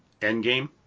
Endgame